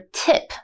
tip